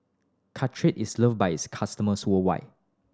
caltrate is loved by its customers worldwide